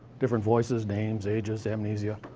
different voices, names, ages, amnesia.